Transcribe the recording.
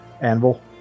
anvil